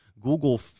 Google